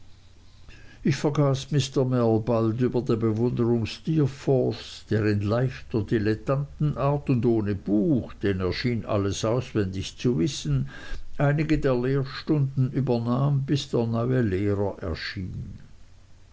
ich vergaß mr mell bald über der bewunderung steerforths der in leichter dilettantenart und ohne buch denn er schien alles auswendig zu wissen einige der lehrstunden übernahm bis der neue lehrer erschien